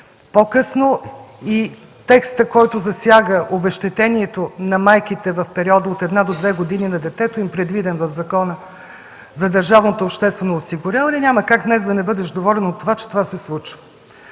по-късно и текста, който засяга обезщетението на майките в периода от една до две години на детето, предвиден в Закона за бюджета на държавното обществено осигуряване, няма как днес да не бъдеш доволен, че това се случва.